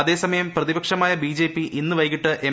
അതേസമയം പ്രതിപക്ഷമായ ബിജെപി ഇന്ന് വൈകിട്ട് എം